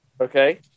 Okay